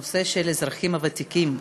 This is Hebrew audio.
הנושא של האזרחים הוותיקים,